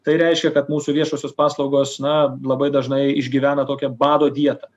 tai reiškia kad mūsų viešosios paslaugos na labai dažnai išgyvena tokią bado dietą